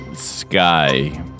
Sky